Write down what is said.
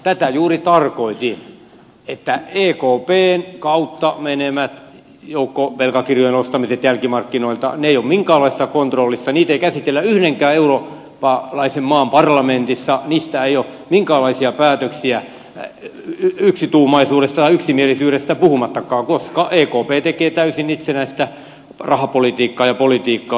tätä juuri tarkoitin että ekpn kautta menevät joukkovelkakirjojen ostamiset jälkimarkkinoilta eivät ole minkäänlaisessa kontrollissa niitä ei käsitellä yhdenkään eurooppalaisen maan parlamentissa niistä ei ole minkäänlaisia päätöksiä yksituumaisuudesta ja yksimielisyydestä puhumattakaan koska ekp tekee täysin itsenäistä rahapolitiikkaa ja politiikkaa